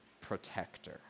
protector